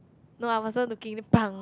no I wasn't looking then bang